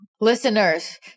Listeners